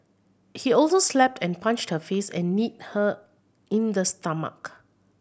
he also slapped and punched her face and kneed her in the stomach